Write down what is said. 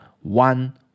one